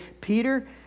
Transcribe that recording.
Peter